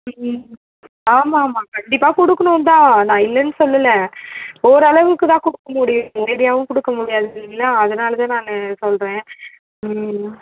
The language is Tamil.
ம் ஆமாம் ஆமாம் கண்டிப்பாக கொடுக்கணும் தான் நான் இல்லைன்னு சொல்லலை ஓரளவுக்கு தான் கொடுக்க முடியும் ஒரேடியாகவும் கொடுக்க முடியாது இல்லைங்களா அதனால தான் நான் சொல்கிறேன் ம்